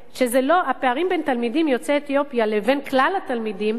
שהפערים בין תלמידים יוצאי אתיופיה לבין כלל התלמידים